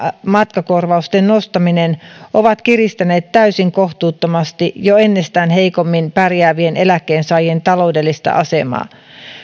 matkakorvausten nostaminen ovat kiristäneet täysin kohtuuttomasti jo ennestään heikommin pärjäävien eläkkeensaajien taloudellista asemaa